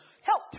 help